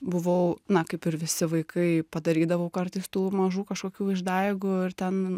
buvau na kaip ir visi vaikai padarydavau kartais tų mažų kažkokių išdaigų ir ten